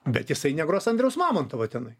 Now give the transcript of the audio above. bet jisai negros andriaus mamontovo ten